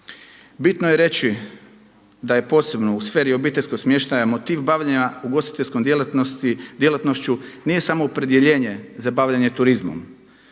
Bitno je reći da je posebno u sferi obiteljskog smještaja motiv bavljenja ugostiteljskom djelatnošću nije samo opredjeljenje za bavljenje turizmom